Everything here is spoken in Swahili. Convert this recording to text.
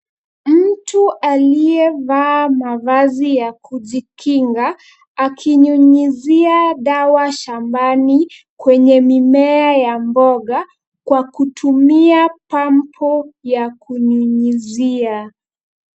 Mtu aliyevaa mavazi ya kujikinga, akinyunyizia dawa shambani kwenye mimea ya mboga, kwa kutumia pampu ya kunyunyizia.